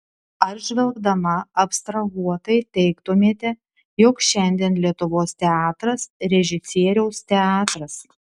ar žvelgdama abstrahuotai teigtumėte jog šiandien lietuvos teatras režisieriaus teatras